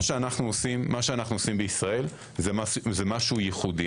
מה שאנו עושים בישראל זה משהו ייחודי,